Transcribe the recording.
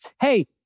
Hey